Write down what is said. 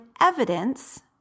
evidence